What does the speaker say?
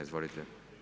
Izvolite.